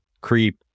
creep